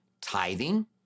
tithing